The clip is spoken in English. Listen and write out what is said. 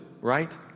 right